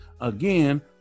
Again